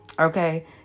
okay